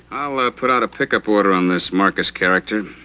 put out a pickup order on this marcus character.